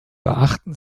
beachten